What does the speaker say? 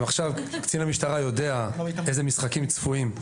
קצין המשטרה יודע איזה משחקים צפויים,